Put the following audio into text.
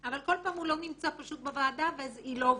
אבל כל פעם הוא לא נמצא בוועדה והיא לא עוברת.